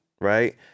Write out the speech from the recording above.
right